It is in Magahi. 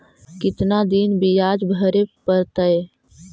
कितना दिन बियाज भरे परतैय?